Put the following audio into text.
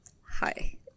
hi